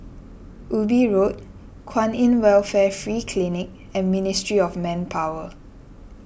Ubi Road Kwan in Welfare Free Clinic and Ministry of Manpower